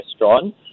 restaurant